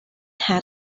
had